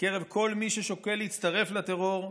בקרב כל מי ששוקל להצטרף לטרור,